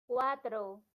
cuatro